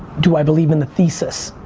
do i believe in the thesis.